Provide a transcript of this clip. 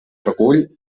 recull